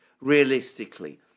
realistically